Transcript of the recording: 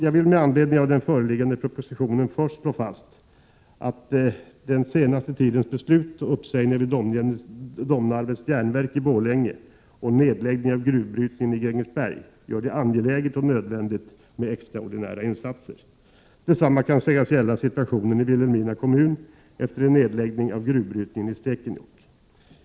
Jag vill med anledning av den föreliggande propositionen först slå fast att den senaste tidens beslut om uppsägningar vid Domnarvets järnverk i Borlänge och nedläggning av gruvbrytningen i Grängesberg gör det angeläget och nödvändigt med extraordinära insatser. Detsamma kan sägas gälla situationen i Vilhelmina kommun efter en nedläggning av gruvbrytningen i Stekenjokk.